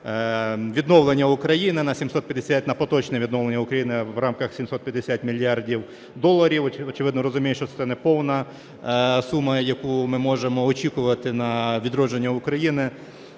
відновлення України на 750, на поточне відновлення України в рамках 750 мільярдів доларів. Очевидно, розумію, що це не повна сума, яку ми можемо очікувати на відродження України.